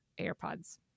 AirPods